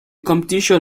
competition